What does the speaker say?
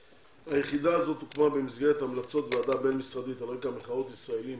היחידה הזו הוקמה במסגרת המלצות ועדה בין-משרדית על רקע מחאות ישראלים